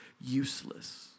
useless